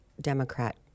Democrat